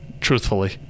truthfully